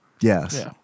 Yes